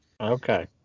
Okay